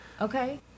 okay